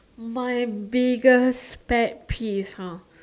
my biggest pet peeve !huh!